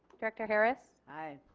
director harris aye.